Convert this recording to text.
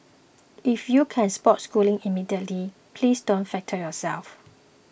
if you can spots Schooling immediately please don't flatter yourself